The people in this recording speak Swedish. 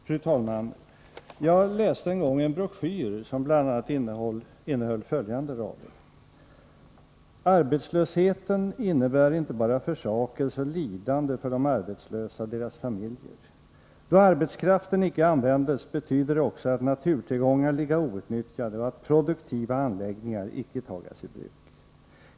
Fru talman! Jag läste en gång en broschyr som bl.a. innehöll följande rader: ”Arbetslösheten innebär inte bara försakelse och lidande för de arbetslösa och deras familjer. Då arbetskraften icke användes, betyder det också, att naturtillgångar ligga outnyttjade och att produktiva anläggningar icke tagas i bruk.